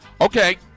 Okay